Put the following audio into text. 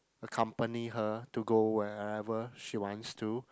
accompany her to go where ever she wants to